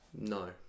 No